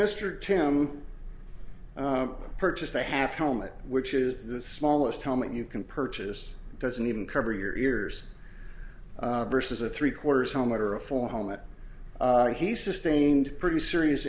mr tim purchased a half helmet which is the smallest helmet you can purchase doesn't even cover your ears versus a three quarters helmet or a four home that he sustained pretty serious